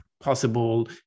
possible